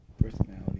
Personality